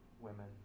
women